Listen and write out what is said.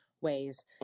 ways